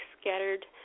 scattered